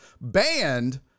banned